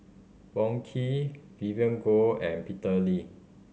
Wong Keen Vivien Goh and Peter Lee